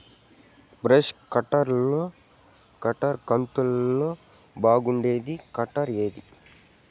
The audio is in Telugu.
బ్రష్ కట్టర్ కంతులలో బాగుండేది కట్టర్ ఏది?